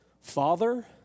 Father